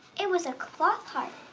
it was a cloth heart,